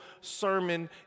sermon